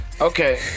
Okay